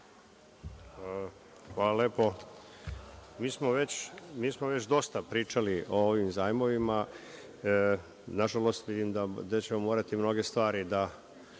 Hvala lepo. Mi smo već dosta pričali o ovim zajmovima, vidim da ćemo morati mnoge stvari da